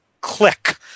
click